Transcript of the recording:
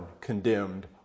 condemned